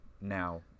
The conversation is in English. now